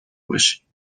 باشی